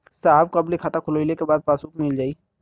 साहब कब ले खाता खोलवाइले के बाद पासबुक मिल जाई?